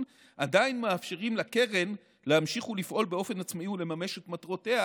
עדיין מאפשרים לקרן להמשיך ולפעול באופן עצמאי ולממש את מטרותיה,